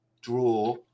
draw